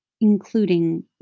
including